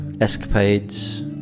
escapades